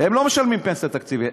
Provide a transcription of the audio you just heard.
הם לא משלמים פנסיה תקציבית,